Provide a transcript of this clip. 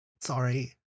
sorry